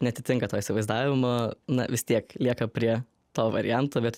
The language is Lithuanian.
neatitinka to įsivaizdavimo na vis tiek lieka prie to varianto bet